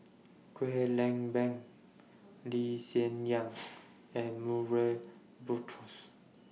Kwek Leng Beng Lee Hsien Yang and Murray Buttrose